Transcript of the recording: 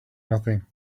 nothing